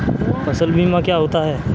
फसल बीमा क्या होता है?